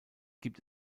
gibt